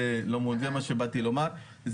זה מה שבאתי לומר.